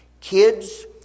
Kids